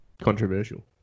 controversial